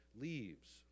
leaves